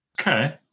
okay